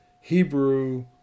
Hebrew